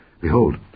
Behold